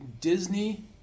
Disney